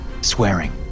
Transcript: Swearing